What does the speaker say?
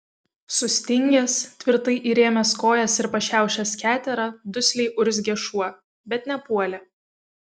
sustingęs tvirtai įrėmęs kojas ir pašiaušęs keterą dusliai urzgė šuo bet nepuolė